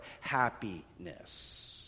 happiness